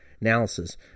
analysis